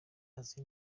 azi